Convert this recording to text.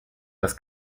das